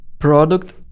product